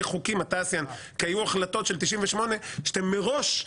חוקים אתה השיאן כי היו החלטות של 98 שאתם מראש,